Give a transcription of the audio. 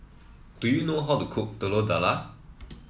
do you know how to cook Telur Dadah